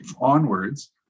onwards